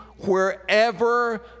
Wherever